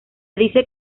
dice